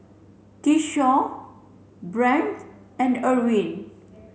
Tyshawn Brent and Erwin